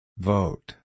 Vote